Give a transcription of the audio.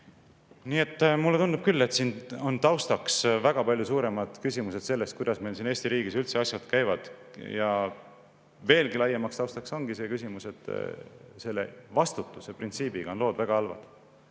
Nii et mulle tundub küll, et siin on taustaks väga palju suuremad küsimused selle kohta, kuidas meil siin Eesti riigis üldse asjad käivad. Ja veelgi laiemaks taustaks ongi see küsimus, et vastutuse printsiibiga on lood väga halvad.